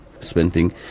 spending